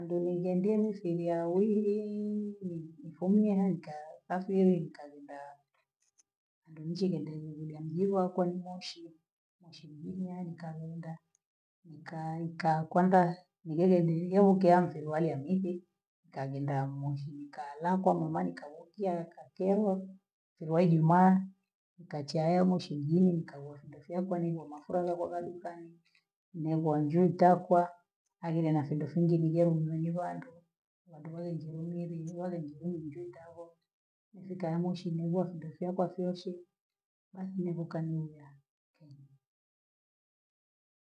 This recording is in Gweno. Ndugu ngendeni sheria ya wiii, nifunye hankae halafu mi nkalendaa andonjile nendeni kulya mji wako mimoshi, moshi mjini aha nkalenda nikaa nikaa nkwamba nilile nlilo okea msuluari hanifi, nkagenda moshi, nkaala kwa mama, nkaogya, nkakeuwo, teleo Ijumaa nkachaya moshi mjini nkauwa funda fya kwani woma floro hapa dukani, ningwa njutaka, haile mafundi funzi nigeni niunge bhando, lando injilingelingi lavo injili injutabho, ifu kaangwa shinilie funde fyako fyoche, basi nikamuiya keni.